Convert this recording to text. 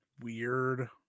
weird